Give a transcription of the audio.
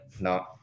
no